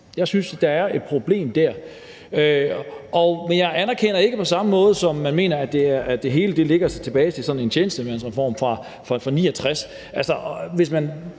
Jeg synes, at der er et problem dér, men jeg anerkender ikke, at det er på den måde, som nogle mener, nemlig at det hele ligger tilbage fra sådan en tjenestemandsreform fra 1969.